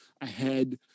ahead